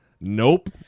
nope